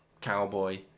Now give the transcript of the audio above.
Cowboy